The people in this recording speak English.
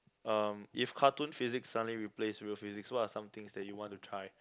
um if cartoon physics suddenly replaced real physics what are some things that you want to try